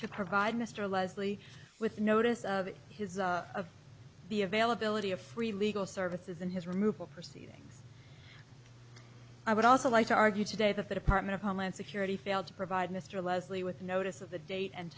to provide mr leslie with notice of his of the availability of free legal services and his removal proceedings i would also like to argue today that the department of homeland security failed to provide mr leslie with notice of the date and